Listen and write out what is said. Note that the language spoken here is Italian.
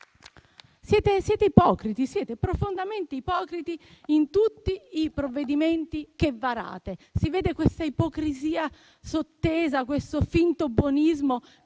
con amore. Siete profondamente ipocriti in tutti i provvedimenti che varate. Si vede una ipocrisia sottesa, un finto buonismo che